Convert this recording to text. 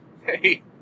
hey